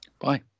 Bye